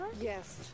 Yes